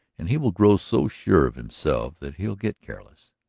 and he will grow so sure of himself that he'll get careless.